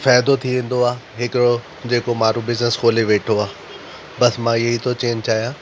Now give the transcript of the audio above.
फ़इदो थी वेंदो आ हिकिड़ो जेको माण्ड़ू बिज़िनिस खोले वेठो आहे बसि मां ईअं थो चवण चाहियां